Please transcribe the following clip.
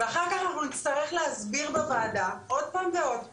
אחר כך אנחנו נצטרך להסביר בוועדה עוד פעם ועוד פעם,